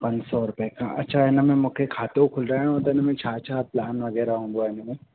पंज सौ रुपए खां अच्छा हिन में मूंखे खातो खुलाइणो आहे त छा छा प्लान वग़ैरह हूंदो आहे हुन में